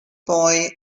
boy